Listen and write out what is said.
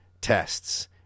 tests